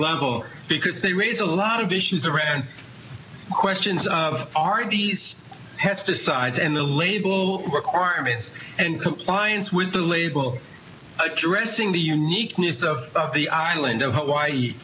level because they raise a lot of issues around questions of our m p s pesticides and the label requirements and compliance with the label addressing the uniqueness of the island of hawaii